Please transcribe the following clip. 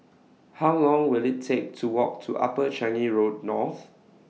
How Long Will IT Take to Walk to Upper Changi Road North